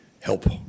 help